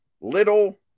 little